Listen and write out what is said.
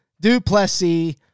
Duplessis